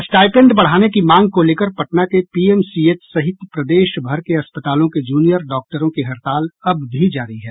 stipend बढ़ाने की मांग को लेकर पटना के पीएमसीएच सहित प्रदेशभर के अस्पतालों के जूनियर डॉक्टरों की हड़ताल अब भी जारी है